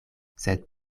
sed